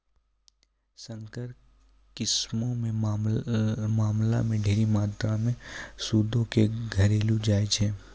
संकर किस्मो के मामला मे ढेरी मात्रामे सूदो के घुरैलो जाय छै